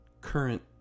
current